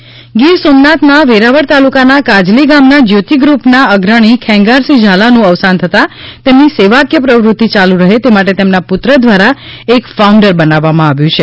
જ્યોતિ group Gir સોમનાથના વેરાવળ તાલુકાનાં કાજલી ગામના જ્યોતિ ગ્રુપના અગ્રણી ખેગારસિંહ ઝાલાનું અવસાન થતાં તેમની સેવાકીય પ્રવૃત્તિ યાલુ રહે તે માટે તેમના પુત્ર દ્વારા એક ફાઉન્ડેશન બનાવવામાં આવેલ છે